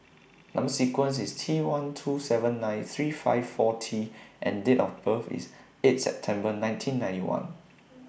Number sequence IS T one two seven nine three five four T and Date of birth IS eight September nineteen ninety one